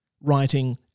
writing